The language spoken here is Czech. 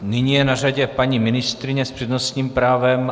Nyní je na řadě paní ministryně s přednostním právem.